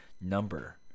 number